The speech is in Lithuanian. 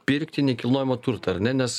pirkti nekilnojamą turtą ar ne nes